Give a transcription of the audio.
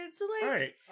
Right